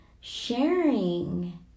sharing